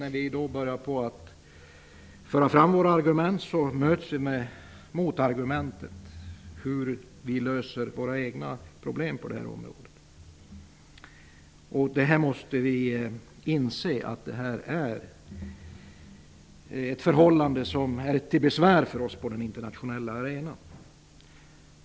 När vi då för fram våra argument möts vi ofelbart av motargumentet hur vi löser våra egna problem på detta område. Vi måste inse att detta är till besvär för oss på den internationella arenan.